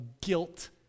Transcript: guilt